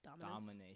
domination